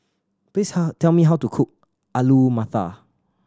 please tell me how to cook Alu Matar